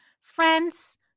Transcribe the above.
friends